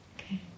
Okay